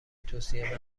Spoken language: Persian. توصیه